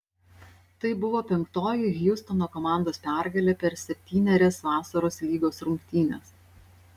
tai buvo penktoji hjustono komandos pergalė per septynerias vasaros lygos rungtynes